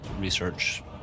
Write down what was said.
research